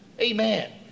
amen